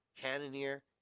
Cannoneer